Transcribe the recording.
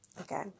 Okay